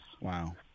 wow